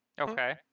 okay